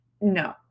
No